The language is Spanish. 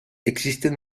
existen